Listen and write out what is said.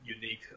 unique